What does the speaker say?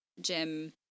Jim